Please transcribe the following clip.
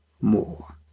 more